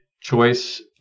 choice